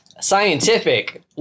scientific